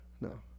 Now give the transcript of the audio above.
No